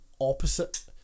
opposite